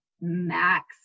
max